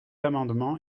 amendement